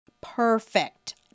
Perfect